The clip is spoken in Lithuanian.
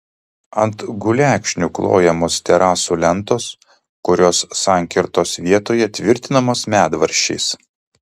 ant gulekšnių klojamos terasų lentos kurios sankirtos vietoje tvirtinamos medvaržčiais